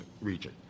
region